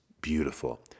beautiful